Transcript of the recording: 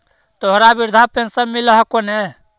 तोहरा वृद्धा पेंशन मिलहको ने?